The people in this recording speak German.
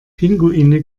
pinguine